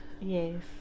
Yes